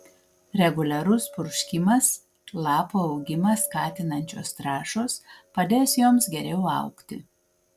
reguliarus purškimas lapų augimą skatinančios trąšos padės joms geriau augti